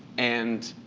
and